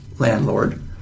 landlord